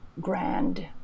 grand